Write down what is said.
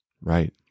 Right